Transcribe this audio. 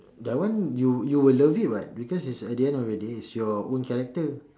that one you you will love it [what] because at the end of the day it's your own character